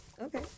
okay